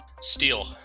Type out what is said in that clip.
Steel